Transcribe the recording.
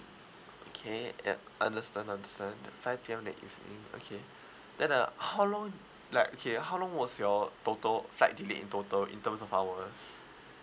okay uh understand understand five P_M in the evening okay then uh how long like okay how long was your total flight delay in total in terms of hours